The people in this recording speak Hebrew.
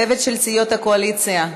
הצוות של סיעות הקואליציה,